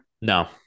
No